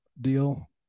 deal